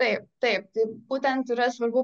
taip taip tai būtent yra svarbu